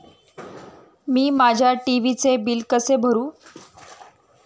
मी माझ्या टी.व्ही चे बिल कसे भरू?